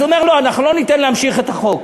אז הוא אומר: לא, אנחנו לא ניתן להמשיך את החוק,